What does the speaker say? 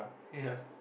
ya